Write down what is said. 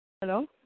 hello